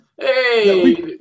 hey